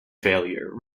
failure